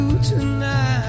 tonight